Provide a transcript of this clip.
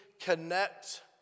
connect